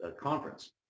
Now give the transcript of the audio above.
conference